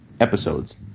episodes